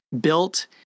built